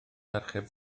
archeb